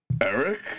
Eric